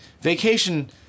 Vacation